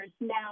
now